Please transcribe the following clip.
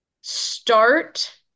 start